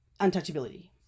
untouchability